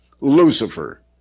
Lucifer